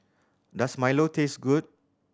does milo taste good